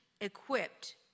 equipped